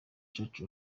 church